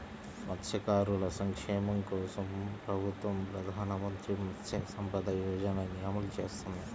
మత్స్యకారుల సంక్షేమం కోసం ప్రభుత్వం ప్రధాన మంత్రి మత్స్య సంపద యోజనని అమలు చేస్తోంది